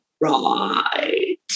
Right